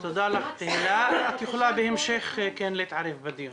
תודה לך, תהלה, את יכולה בהמשך כן להתערב בדיון.